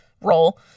role